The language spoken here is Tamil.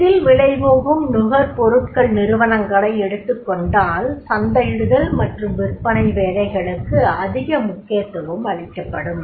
எளிதில் விலைபோகும்நுகர்பொருட்கள் நிறுவனங்களை எடுத்துக்கொண்டால் சந்தையிடுதல் மற்றும் விற்பனை வேலைகளுக்கு அதிக முக்கியத்துவம் அளிக்கப்படும்